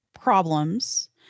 problems